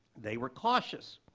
they were cautious.